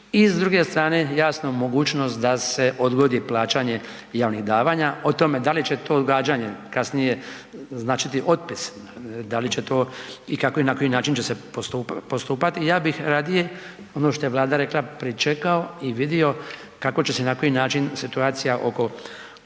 i s druge strane, jasna mogućnost da se odgodi plaćanje javnih davanja, o tome da li će to odgađanje kasnije značiti otpis, da li će to i kako i na koji način će se postupati, ja bih radije, ono što je Vlada rekla, pričekao i vidio kako će se i na koji način situacija oko korona